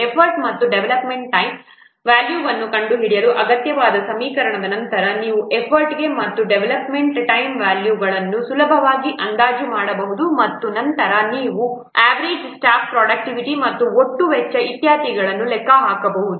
effort ಮತ್ತು development time ವ್ಯಾಲ್ಯೂವನ್ನು ಕಂಡುಹಿಡಿಯಲು ಅಗತ್ಯವಾದ ಸಮೀಕರಣಗಳು ನಂತರ ನೀವು ಎಫರ್ಟ್ ಮತ್ತು ಡೆವಲಪ್ಮೆಂಟ್ ಟೈಮ್ ವ್ಯಾಲ್ಯೂಗಳನ್ನು ಸುಲಭವಾಗಿ ಅಂದಾಜು ಮಾಡಬಹುದು ಮತ್ತು ನಂತರ ನೀವು ಅವರ್ಜೆ ಸ್ಟಾಫ್ ಪ್ರೊಡಕ್ಟಿವಿಟಿ ಮತ್ತು ಒಟ್ಟು ವೆಚ್ಚ ಇತ್ಯಾದಿಗಳನ್ನು ಲೆಕ್ಕ ಹಾಕಬಹುದು